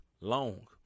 long